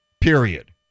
Period